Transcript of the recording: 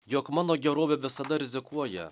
jog mano gerovė visada rizikuoja